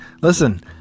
Listen